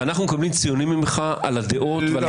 ואנחנו מקבלים ציונים ממך על הדעות ועל